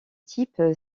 type